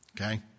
Okay